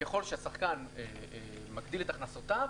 שככל שהשחקן מגדיל את הכנסותיו,